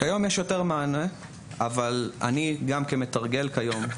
היום יש יותר מענה, אבל אני, גם כמתרגל כיום,